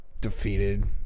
defeated